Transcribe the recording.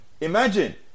Imagine